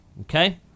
Okay